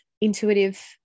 intuitive